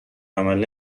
عمل